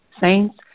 Saints